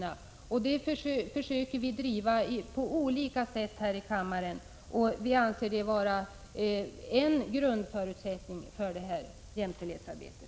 Den politiken 20 november 1986 försöker vi driva på olika sätt här i riksdagen. Vi anser det vara en Jönslälldkere sa grundförutsättning för jämställdhetsarbetet.